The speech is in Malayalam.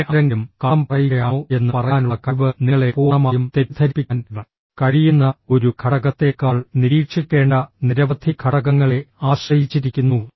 പിന്നെ ആരെങ്കിലും കള്ളം പറയുകയാണോ എന്ന് പറയാനുള്ള കഴിവ് നിങ്ങളെ പൂർണ്ണമായും തെറ്റിദ്ധരിപ്പിക്കാൻ കഴിയുന്ന ഒരു ഘടകത്തേക്കാൾ നിരീക്ഷിക്കേണ്ട നിരവധി ഘടകങ്ങളെ ആശ്രയിച്ചിരിക്കുന്നു